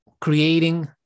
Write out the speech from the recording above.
creating